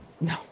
No